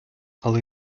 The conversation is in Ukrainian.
але